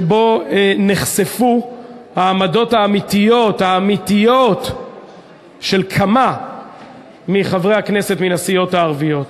שבו נחשפו העמדות האמיתיות של כמה מחברי הכנסת מן הסיעות הערביות.